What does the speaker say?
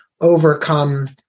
overcome